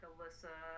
Alyssa